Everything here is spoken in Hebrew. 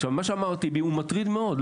עכשיו, מה שאמרתי הוא מטריד מאוד.